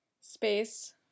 space